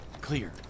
Clear